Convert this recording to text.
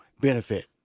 benefit